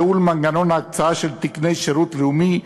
ייעול מנגנון ההקצאה של תקני שירות לאומי,